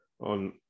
on